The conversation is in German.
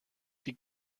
die